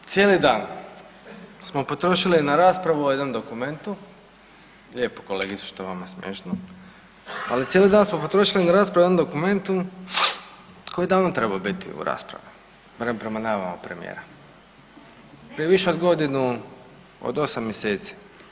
Dakle, cijeli dan smo potrošili na raspravu o jednom dokumentu, lijepo kolegice što je vama smiješno, ali cijeli dan smo potrošili na raspravu o jednom dokumentu koji je davno trebao biti u raspravi, barem prema najavama premijera, prije više od godinu od osam mjeseci.